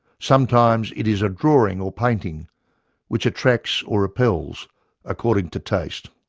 sometimes it is a drawing or painting which attracts or repels according to taste.